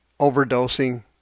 overdosing